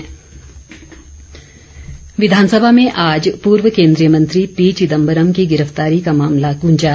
walkout विधानसभा में आज पूर्व केंद्रीय मंत्री पी चिदंबरम की गिरफ्तारी का मामला गूंजा